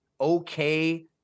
okay